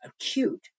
acute